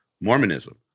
Mormonism